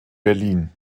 berlin